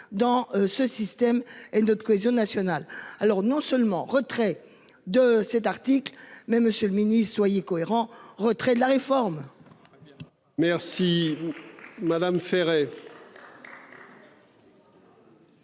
dans ce système et notre cohésion nationale. Alors non seulement retrait de cet article. Mais Monsieur le Ministre, soyez cohérent, retrait de la réforme.